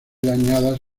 dañadas